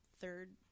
third